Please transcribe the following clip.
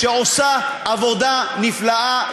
שעושה עבודה נפלאה.